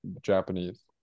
Japanese